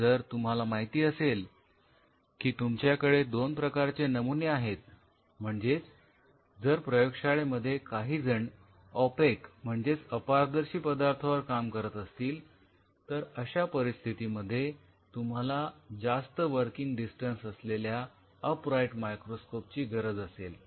जर तुम्हाला माहिती असेल की तुमच्याकडे दोन प्रकारचे नमुने आहेत म्हणजेच जर प्रयोगशाळेमध्ये काहीजण ऑपेक म्हणजेच अपारदर्शी पदार्थावर काम करत असतील तर अशा परिस्थितीमध्ये तुम्हाला जास्त वर्किंग डिस्टेंस असलेल्या अपराईट मायक्रोस्कोप ची गरज असेल